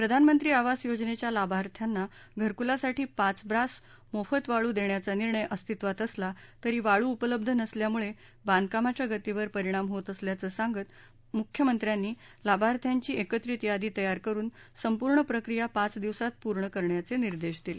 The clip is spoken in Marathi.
प्रधानमंत्री आवास योजनेच्या लाभार्थ्यांना घरकुलासाठी पाच ब्रास मोफत वाळू देण्याचा निर्णय अस्तित्वातअसला तरी वाळू उपलब्ध नसल्यामुळे बांधकामाच्या गतीवर परिणाम होत असल्याचं सांगत मुख्यमंत्र्यांनी लाभार्थ्यांची एकत्रित यादी तयार करुन संपूर्ण प्रक्रिया पाच दिवसात पूर्ण करण्याचे निर्देश दिले